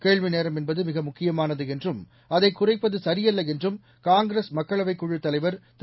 கேள்வி நேரம் என்பது மிக முக்கியமானது என்றும் அதைக் குறைப்பது சரியல்ல என்றும் காங்கிரஸ் மக்களவை குழுத் தலைவர் திரு